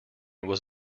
was